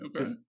Okay